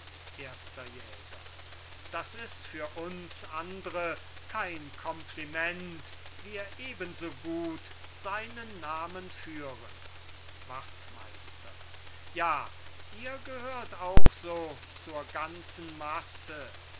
erster jäger das ist für uns andre kein kompliment wir ebensogut seinen namen führen wachtmeister ja ihr gehört auch so zur ganzen masse